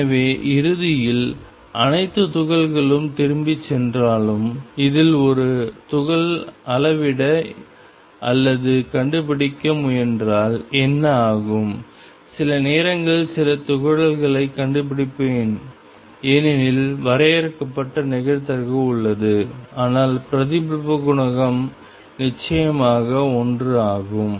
எனவே இறுதியில் அனைத்து துகள்களும் திரும்பிச் சென்றாலும் இதில் ஒரு துகள் அளவிட அல்லது கண்டுபிடிக்க முயன்றால் என்ன ஆகும் சில நேரங்களில் சில துகள்களைக் கண்டுபிடிப்பேன் ஏனெனில் வரையறுக்கப்பட்ட நிகழ்தகவு உள்ளது ஆனால் பிரதிபலிப்பு குணகம் நிச்சயமாக 1 ஆகும்